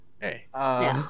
Hey